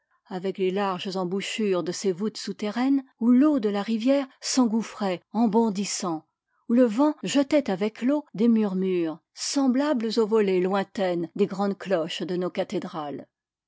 avec les larges embouchures de ses voûtes souterraines où l'eau de la rivière s'engouffrait en bondissant où le vent jetait avec l'eau des murmures semblables aux volées lointaines des grandes cloches de nos cathédrales